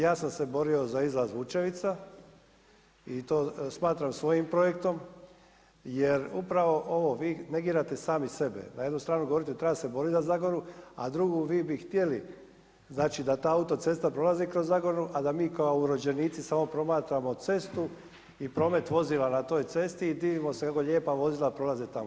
Ja sam se borio za izlaz Vučevica i to smatram svojim projektom jer upravo ovo, vi negirate sami sebe, na jednu stranu govorite treba se boriti za Zagoru, a drugo, vi bi htjeli, znači da ta autocesta prolazi kroz Zagoru a da mi kao urođenici samo promatramo cestu i promet vozila na toj cesti i divimo se kako lijepa vozila prolaze tamo.